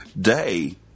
day